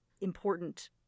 important